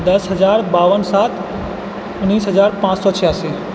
दस हजार बावन सात उन्नीस हजार पाँच सए छिआसी